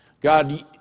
God